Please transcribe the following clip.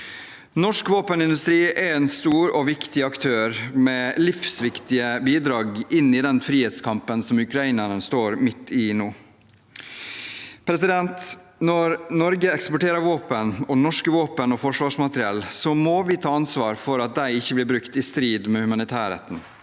Norsk våpenindustri er en stor og viktig aktør med livsviktige bidrag inn i den frihetskampen som ukrainerne nå står midt i. Når Norge eksporterer våpen, norske våpen og norsk forsvarsmateriell, må vi ta ansvar for at de ikke blir brukt i strid med humanitærretten.